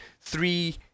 three